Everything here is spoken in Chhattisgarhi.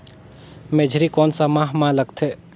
मेझरी कोन सा माह मां लगथे